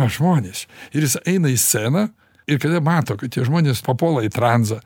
žmonės ir jis eina į sceną ir kada mato kad tie žmonės papuola į tranzą